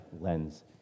lens